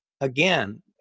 again